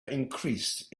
increased